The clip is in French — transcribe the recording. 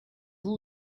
vous